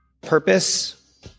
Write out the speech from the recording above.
purpose